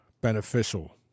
beneficial